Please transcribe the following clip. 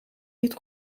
niet